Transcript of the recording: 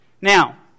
Now